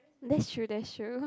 that's true that's true